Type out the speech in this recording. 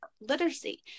literacy